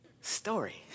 story